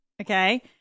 okay